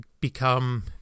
become